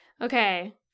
Okay